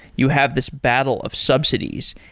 you have this battle of subsidies,